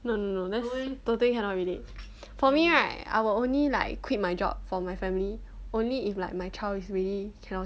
no no no that's totally cannot relate for me right I will only like quit my job for my family only if like my child is really cannot